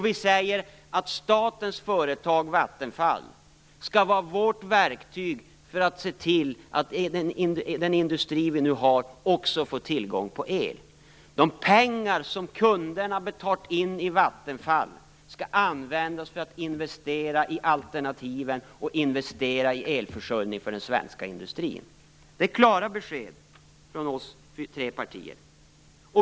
Vi säger: Statens företag Vattenfall skall vara vårt verktyg för att se till att den industri vi nu har också får tillgång till el. De pengar som kunderna betalat in till Vattenfall skall användas för att investera i alternativen och investera i elförsörjning för den svenska industrin. Det är klara besked från oss tre partier.